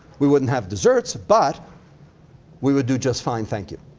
we wouldn't have desserts, but we would do just fine thank you.